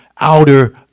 outer